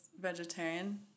vegetarian